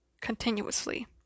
continuously